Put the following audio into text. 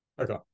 Okay